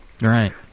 right